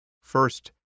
first